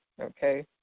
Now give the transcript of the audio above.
okay